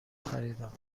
خریدم